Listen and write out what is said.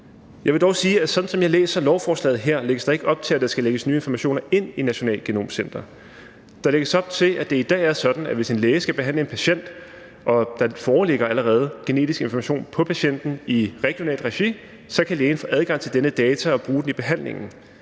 Jeg vil dog sige, at der, sådan som jeg læser lovforslaget her, ikke lægges op til, at der skal lægges nye informationer ind i Nationalt Genom Center; der lægges op til, at det i dag er sådan, at hvis en læge skal behandle en patient og der allerede foreligger genetisk information på patienten i regionalt regi, så kan lægen få adgang til denne data og bruge den i behandlingen,